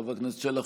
חבר הכנסת שלח,